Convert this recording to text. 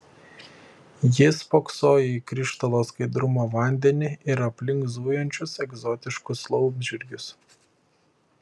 jis spoksojo į krištolo skaidrumo vandenį ir aplink zujančius egzotiškus laumžirgius